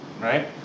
right